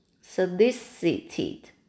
solicited